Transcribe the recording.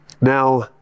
Now